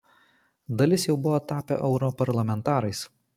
dalis jau buvo tapę europarlamentarais